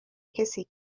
کسی